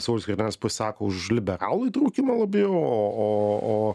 saulius skvernelis pasisako už liberalų įtrūkimą labiau o o o